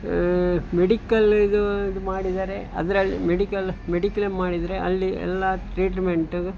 medical ಇದು ಇದು ಮಾಡಿದರೆ ಅದರಲ್ಲಿ ಮೆಡಿಕಲ್ ಮೆಡಿಕ್ಲೇಮ್ ಮಾಡಿದರೆ ಅಲ್ಲಿ ಎಲ್ಲ ಟ್ರೀಟ್ಮೆಂಟ್